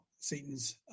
Satan's